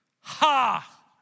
Ha